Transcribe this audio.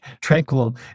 tranquil